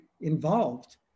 involved